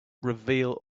reveal